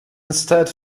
instead